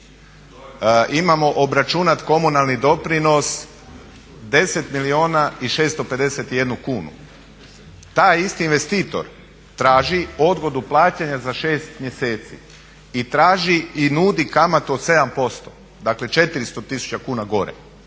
imamo obračunat komunalni doprinos 10 milijuna i 651 kunu. Taj isti investitor traži odgodu plaćanja za 6 mjeseci i nudi kamatu od 7% Dakle, 400 tisuća kuna gore.